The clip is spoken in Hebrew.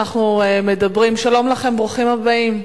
שלום לכם, ברוכים הבאים.